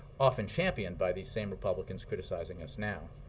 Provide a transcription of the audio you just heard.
often championed by these same republicans criticizing us now.